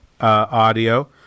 audio